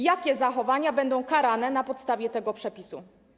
Jakie zachowania będą karane na podstawie tego przepisu?